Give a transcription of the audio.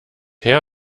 her